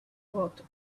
walked